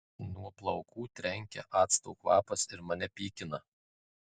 nuo plaukų trenkia acto kvapas ir mane pykina